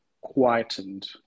quietened